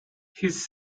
his